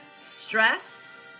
Stress